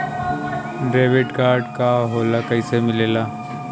Debit card का होला कैसे मिलेला?